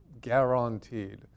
guaranteed